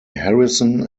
harrison